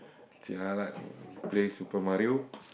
jialat leh you play Super-Mario